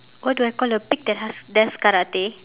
what do I call a pig that hus~ does karate